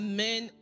Amen